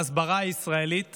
ההסברה הישראלית